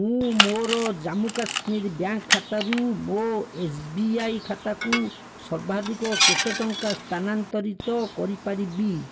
ମୁଁ ମୋର ଜାମ୍ମୁ କାଶ୍ମୀର ବ୍ୟାଙ୍କ ଖାତାରୁ ମୋ ଏସ୍ ବି ଆଇ ଖାତାକୁ ସର୍ବାଧିକ କେତେ ଟଙ୍କା ସ୍ଥାନାନ୍ତରିତ କରି ପାରିବି